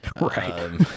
right